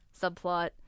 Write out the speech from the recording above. subplot